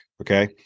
okay